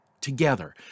together